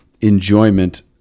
enjoyment